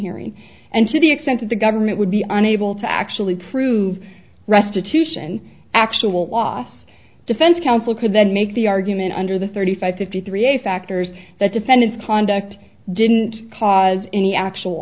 hearing and to the extent that the government would be unable to actually prove restitution actual loss defense counsel could then make the argument under the thirty five fifty three a factors that defendant's conduct didn't cause any actual